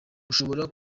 ushobora